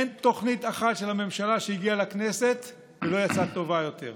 אין תוכנית אחת של הממשלה שהגיעה לכנסת ולא יצאה טובה יותר.